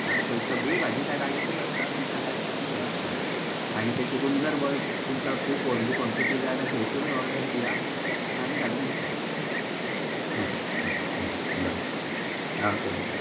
आ थंय सगळी भाजी त्या गाडयेनूत आसता तुमकां जाय तशी घेयात तुमी आणी तेचेकून जर बल्क तुमकां खूब व्हडली क्वॉण्टीटी जाय आल्या थंयसरूत ऑर्डर दिया मागीर आमी धाडून दितात बरें आ ओके वॅलकम